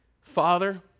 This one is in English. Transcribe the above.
father